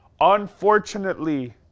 unfortunately